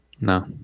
No